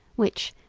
which,